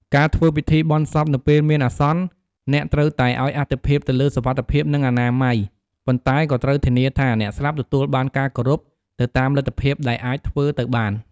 ការធ្វើពិធីបុណ្យសពនៅពេលមានអាស្នន អ្នកត្រូវតែឲ្យអាទិភាពទៅលើសុវត្ថិភាព និង អនាម័យ ប៉ុន្តែក៏ត្រូវធានាថាអ្នកស្លាប់ទទួលបានការគោរព ទៅតាមលទ្ធភាពដែលអាចធ្វើទៅបាន។